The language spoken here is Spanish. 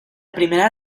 primera